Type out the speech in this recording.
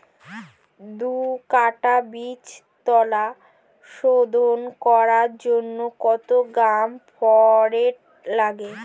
দু কাটা বীজতলা শোধন করার জন্য কত গ্রাম ফোরেট লাগে?